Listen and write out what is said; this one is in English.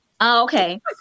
Okay